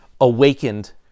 awakened